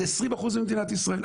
זה 20% ממדינת ישראל.